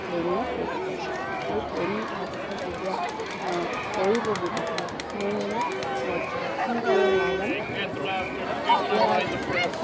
planning কৰি থ'ব লাগে সেই প্লেনিং কৰাৰ পিছত যেতিয়া কৰিব ব্যৱসায় এটা মোৰ সোনকালে লাভৱান হ'ব এতিয়া